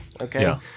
Okay